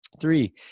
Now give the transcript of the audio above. Three